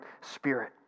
spirit